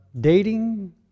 dating